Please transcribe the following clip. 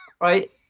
Right